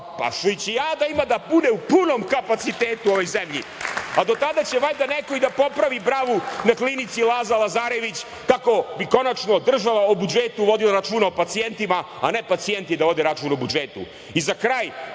pa šojićijada ima da bude u punom kapacitetu u ovoj zemlji. A do tada će valjda neko i da popravi bravu na klinici Laza Lazarević, kako bi konačno država o budžetu vodila računa o pacijentima, a ne pacijenti da vode račun o budžetu.I za kraj,